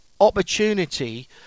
opportunity